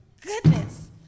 Goodness